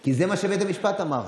כי זה מה שבית המשפט אמר.